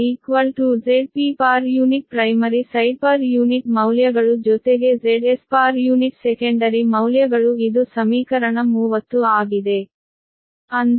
Z Zp primary side per unit ಮೌಲ್ಯಗಳು ಜೊತೆಗೆ Zs secondary ಮೌಲ್ಯಗಳು ಇದು ಸಮೀಕರಣ 30 ಆಗಿದೆ